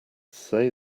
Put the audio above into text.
say